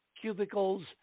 cubicles